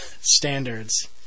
standards